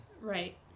Right